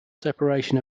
separation